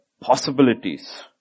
possibilities